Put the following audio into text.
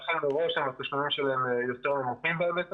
לכן, מראש התשלומים שלהם נמוכים יותר.